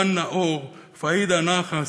רן נאור, פאדיה נאחס,